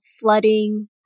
flooding